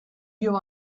you